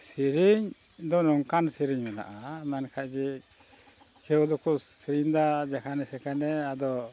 ᱥᱮᱨᱮᱧ ᱫᱚ ᱱᱚᱝᱠᱟᱱ ᱥᱮᱨᱮᱧ ᱢᱮᱱᱟᱜᱼᱟ ᱢᱮᱱᱠᱷᱟᱱ ᱡᱮ ᱠᱮᱣ ᱫᱚᱠᱚ ᱥᱮᱨᱮᱧᱫᱟ ᱡᱮᱠᱷᱟᱱᱮ ᱥᱮᱠᱷᱟᱱᱮ ᱟᱫᱚ